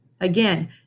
Again